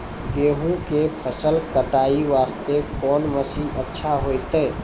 गेहूँ के फसल कटाई वास्ते कोंन मसीन अच्छा होइतै?